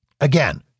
Again